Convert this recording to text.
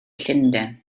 llundain